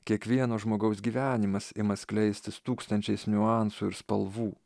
kiekvieno žmogaus gyvenimas ima skleistis tūkstančiais niuansų ir spalvų